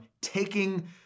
taking